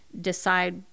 Decide